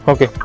Okay